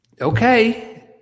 Okay